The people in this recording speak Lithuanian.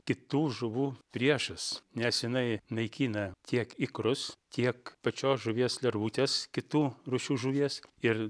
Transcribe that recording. kitų žuvų priešas nes jinai naikina tiek ikrus tiek pačios žuvies lervutes kitų rūšių žuvies ir